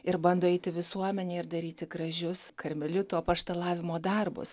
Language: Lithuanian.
ir bando eit į visuomenę ir daryti gražius karmelitų apaštalavimo darbus